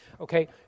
okay